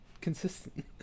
consistent